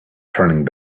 turning